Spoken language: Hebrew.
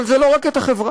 אבל זה לא רק את החברה,